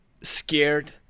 scared